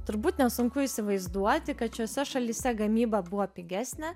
turbūt nesunku įsivaizduoti kad šiose šalyse gamyba buvo pigesnė